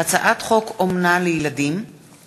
הצעת חוק אומנה לילדים,